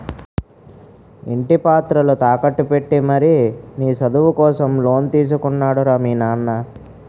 ఇంటి పత్రాలు తాకట్టు పెట్టి మరీ నీ చదువు కోసం లోన్ తీసుకున్నాడు రా మీ నాన్న